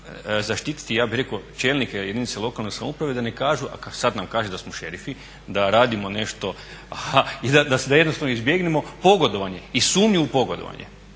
zaštititi čelnike jedinica lokalne samouprave da ne kažu, a sad nam kažu da smo šerifi, da radimo nešto, da jednostavno izbjegnemo pogodovanje i sumnju u pogodovanje.